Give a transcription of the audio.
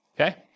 okay